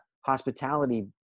hospitality